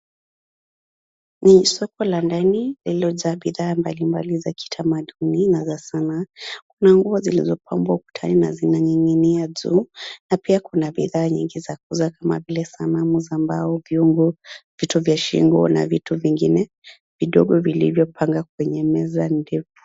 Ni soko la ndani lililojaa bidhaa mbalimbali za kitamaduni na za sanaa. Kuna nguo zilizopangwa ukutani na zinaning'inia juu na pia kuna bidhaa nyingi za kuuza kama vile sanamu za mbao, vyungu, vito vya shingo na vitu vingine vidogo vilivyopangwa kwenye meza ndefu.